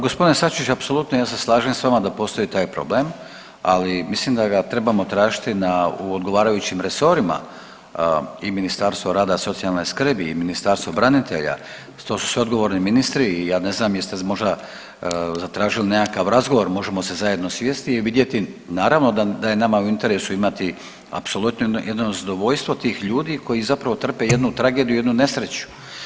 G. Sačić, apsolutno, ja se slažem s vama da postoji taj problem, ali mislim da ga trebamo tražiti u odgovarajućim resorima i Ministarstvo rada i socijalne skrbi i Ministarstvo branitelja, to su sve odgovorni ministri i ja ne znam jeste možda zatražili nekakav razgovor, možemo se zajedno sjesti i vidjeti, naravno da je nama u interesu imati apsolutno jedno zadovoljstvo tih ljudi koji zapravo trpe jednu tragediju i jednu nesreću.